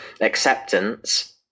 acceptance